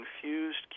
confused